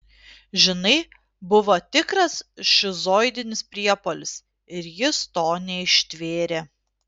žinai buvo tikras šizoidinis priepuolis ir jis to neištvėrė